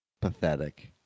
pathetic